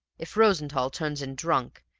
if rosenthall turns in drunk,